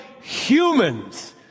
humans